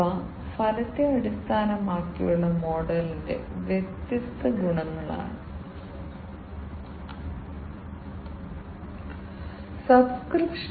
ഇപ്പോൾ നമുക്ക് കുറച്ച് മുന്നോട്ട് പോയി ഒരു PLC യിൽ സംഭവിക്കുന്ന വ്യത്യസ്തമായ ഏറ്റവും പ്രധാനപ്പെട്ട കാര്യത്തെക്കുറിച്ച് സംസാരിക്കാം